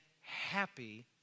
happy